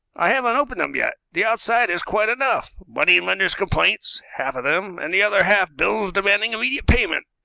i haven't opened them yet, the outside is quite enough money-lenders' complaints, half of them, and the other half bills demanding immediate payment.